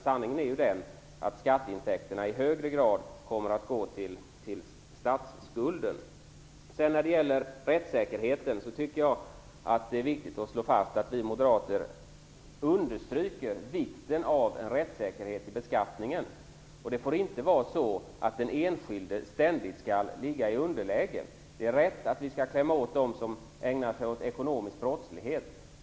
Sanningen är den att skatteintäkterna i högre grad kommer att gå till statsskulden. När det gäller rättssäkerheten tycker jag att det viktigt att slå fast att vi moderater understryker vikten av en rättssäkerhet i beskattningen. Det får inte vara så att den enskilde ständigt skall vara i underläge. Det är rätt att vi skall klämma åt dem som ägnar sig åt ekonomisk brottslighet.